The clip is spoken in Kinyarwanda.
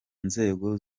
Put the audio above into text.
nzego